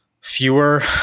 Fewer